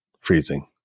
Freezing